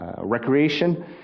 recreation